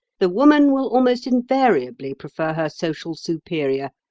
the woman will almost invariably prefer her social superior,